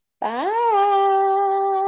bye